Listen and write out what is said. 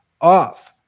off